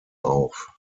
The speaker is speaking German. auf